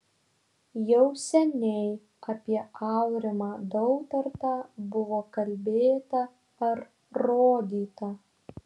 jau seniai apie aurimą dautartą buvo kalbėta ar rodyta